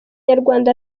nyarwanda